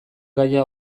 gaia